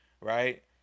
right